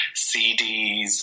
CDs